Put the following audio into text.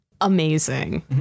amazing